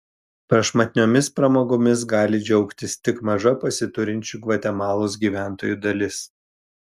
prašmatniomis pramogomis gali džiaugtis tik maža pasiturinčių gvatemalos gyventojų dalis